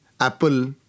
Apple